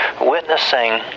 Witnessing